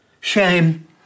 shame